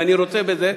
ואני רוצה בזה,